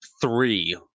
three